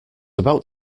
about